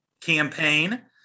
campaign